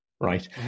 right